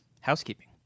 housekeeping